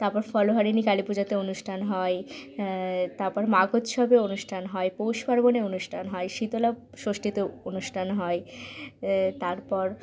তারপর ফলহারিণী কালী পূজাতে অনুষ্ঠান হয় তাপর মাঘ উৎসবে অনুষ্ঠান হয় পৌষ পার্বণে অনুষ্ঠান হয় শীতলা ষষ্ঠীতে অনুষ্ঠান হয় তারপর